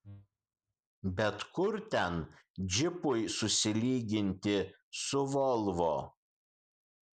bet kur ten džipui susilyginti su volvo